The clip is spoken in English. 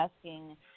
asking